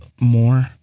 more